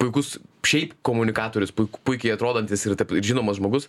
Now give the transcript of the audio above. puikus šiaip komunikatorius puik puikiai atrodantis ir žinomas žmogus